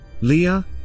Leah